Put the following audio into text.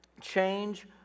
change